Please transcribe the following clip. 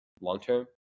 long-term